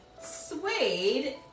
suede